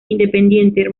independiente